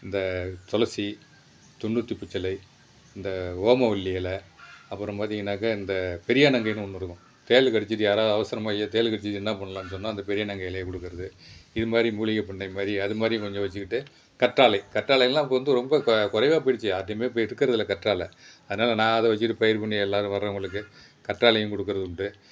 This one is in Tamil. இந்த துளசி துன்னுாற்று பச்சிலை இந்த ஓமவல்லி இல அப்புறம் பார்த்தீங்கன்னாக்க இந்த பெரியாநங்கைன்னு ஒன்று இருக்கும் தேள் கடிச்சிச்சு யாராவது அவசரமாக ஐயயோ தேள் கடிச்சிடுச்சு என்ன பண்ணலான்னு சொன்னால் அந்த பெரியாநங்கை இலைய கொடுக்கறது இதுமாதிரி மூலிகை பண்ணைமாதிரி அதுமாதிரியும் கொஞ்சம் வச்சுக்கிட்டு கற்றாலை கற்றாலையெல்லாம் இப்போ வந்து ரொம்ப கொ குறைவா போயிடுச்சு யாருகிட்டையுமே இப்போ இருக்கிறதில்ல கற்றாலை அதனால நான் அதை வச்சுட்டு பயிர் பண்ணி எல்லாேரும் வரவங்களுக்கு கற்றாலையும் கொடுக்கறது உண்டு